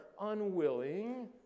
unwilling